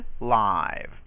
live